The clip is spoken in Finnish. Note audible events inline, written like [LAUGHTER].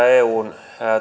[UNINTELLIGIBLE] eun